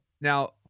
now